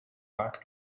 vaak